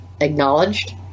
acknowledged